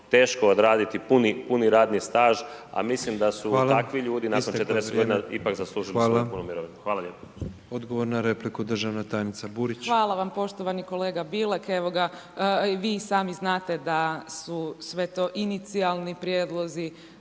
teško odraditi puni radni staž, a mislim da su takvi ljudi nakon 40 godina ipak zaslužili svoju punu mirovinu. Hvala lijepo. **Petrov, Božo (MOST)** Hvala. Odgovor na repliku državna tajnica Burić. **Burić, Majda (HDZ)** Hvala vam poštovani kolega Bilek. Vi i sami znate da su sve to inicijalni prijedlozi